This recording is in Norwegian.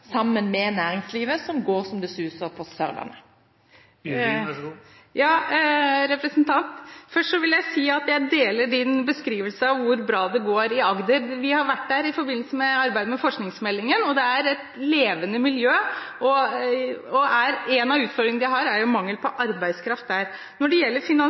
sammen med næringslivet, som går som det suser på Sørlandet? Ja, representant, først vil jeg si at jeg deler representantens beskrivelse av hvor bra det går i Agder. Vi har vært der i forbindelse med arbeidet med forskningsmeldingen. Det er et levende miljø, men en av utfordringene de har, er mangel på arbeidskraft. Når det gjelder